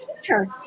teacher